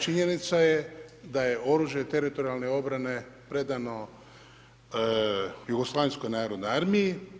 Činjenica je da je oružje Teritorijalne obrane predano Jugoslavenskoj narodnoj armiji.